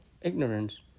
ignorance